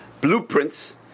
blueprints